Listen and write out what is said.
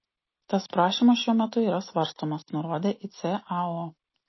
tas prašymas šiuo metu yra svarstomas nurodė icao